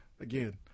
Again